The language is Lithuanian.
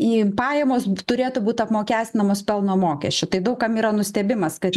į pajamos turėtų būt apmokestinamos pelno mokesčiu tai daug kam yra nustebimas kad